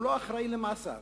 הוא לא אחראי למעשיו.